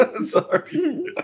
Sorry